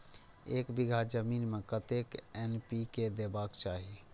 एक बिघा जमीन में कतेक एन.पी.के देबाक चाही?